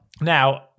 Now